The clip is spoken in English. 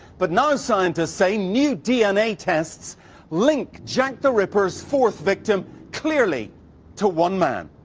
but now scientists say new dna tests link jack the ripper's fourth victim clearly to one man.